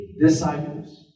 disciples